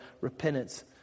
repentance